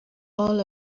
all